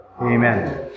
Amen